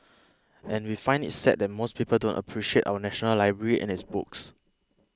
and we find it sad that most people don't appreciate our national library and its books